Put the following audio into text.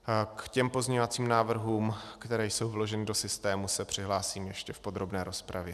K těm pozměňovacím návrhům, které jsou vloženy do systému, se přihlásím ještě v podrobné rozpravě.